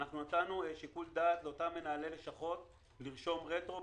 נתנו שיקול דעת לאותם מנהלי לשכות לרשום רטרו,